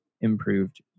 improved